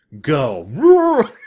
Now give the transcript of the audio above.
Go